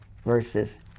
verses